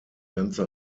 ganze